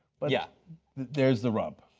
but yeah there's the rub,